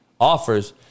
offers